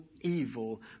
evil